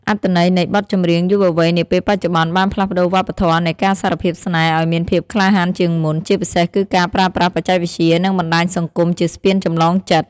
អត្ថន័យនៃបទចម្រៀងយុវវ័យនាពេលបច្ចុប្បន្ន បានផ្លាស់ប្តូរវប្បធម៌នៃការសារភាពស្នេហ៍ឱ្យមានភាពក្លាហានជាងមុន ជាពិសេសគឺការប្រើប្រាស់បច្ចេកវិទ្យា និងបណ្ដាញសង្គមជាស្ពានចម្លងចិត្ត។